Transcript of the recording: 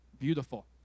beautiful